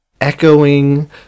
echoing